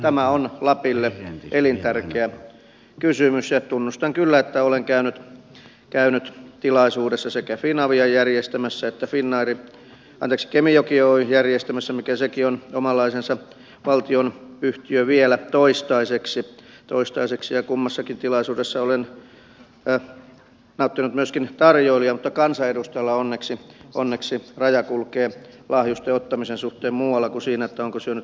tämä on lapille elintärkeä kysymys ja tunnustan kyllä että olen käynyt tilaisuudessa sekä finavian että kemijoki oyn järjestämässä joka sekin on omanlaisensa valtionyhtiö vielä toistaiseksi ja kummassakin tilaisuudessa olen nauttinut myöskin tarjoiluja mutta kansanedustajalla onneksi raja kulkee lahjusten ottamisen suhteen muualla kuin siinä onko syönyt sienikeittoa